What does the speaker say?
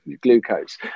glucose